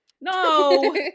No